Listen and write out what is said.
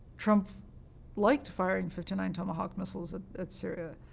trump liked firing fifty nine tomahawk missiles at at syria.